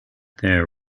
their